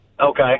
Okay